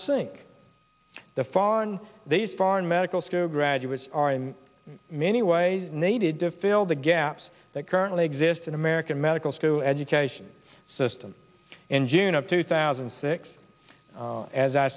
sync the follow on these foreign medical school graduates are in many ways needed to fill the gaps that currently exist in american medical school education system in june of two thousand and six as i